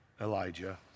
Elijah